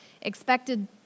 expected